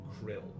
krill